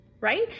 right